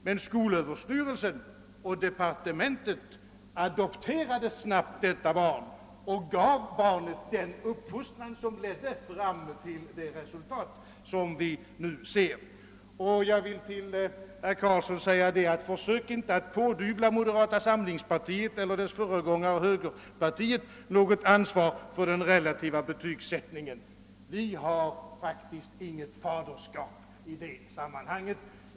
Men skolöverstyrelsen och departementet adopterade snart detta barn och gav det den uppfostran som ledde fram till det resultat som vi nu ser. Försök inte, statsrådet Carlsson, att pådyvla moderata samlingspartiet eller dess föregångare högerpartiet något ansvar för den relativa betygssättningen; vi har faktiskt inget faderskap i det sammanhanget.